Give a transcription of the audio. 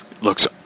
looks